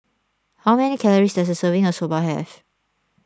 how many calories does a serving of Soba have